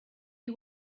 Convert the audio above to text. you